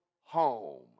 home